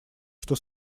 что